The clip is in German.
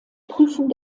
prüfung